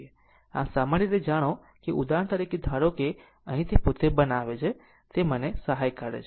આમ સામાન્ય રીતે જાણો કે ઉદાહરણ તરીકે ધારો અહીં તે પોતે બનાવે છે તે મને સહાય કરે છે